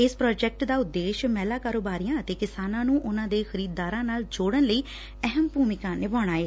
ਇਸ ਪ੍ਰਾਜੈਕਟ ਦਾ ਉਦੇਸ਼ ਮਹਿਲਾ ਕਾਰੋਬਾਰੀਆਂ ਅਤੇ ਕਿਸਾਨਾਂ ਨੂੰ ਉਹਨਾਂ ਦੇ ਖਰੀਦਦਾਰਾਂ ਨਾਲ ਜੋਤਣ ਲਈ ਅਹਿਮ ਭੁਮਿਕਾ ਨਿਭਾਉਣਾ ਏ